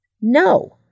No